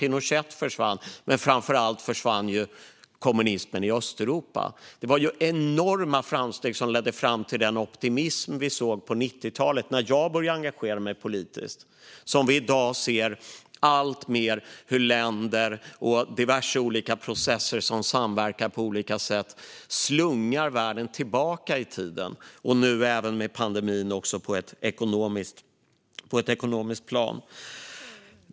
Pinochet försvann, och framför allt försvann kommunismen i Östeuropa. Det var ju enorma framsteg som ledde fram till den optimism vi såg på 90-talet, när jag började engagera mig politiskt, och i dag ser vi alltmer hur länder och diverse processer som samverkar på olika sätt slungar världen tillbaka i tiden. Med pandemin gäller det även på ett ekonomiskt plan.